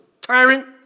tyrant